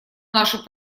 нашу